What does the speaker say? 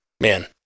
man